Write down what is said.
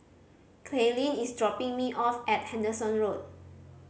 Kaylene is dropping me off at Henderson Road